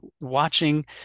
watching